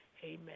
Amen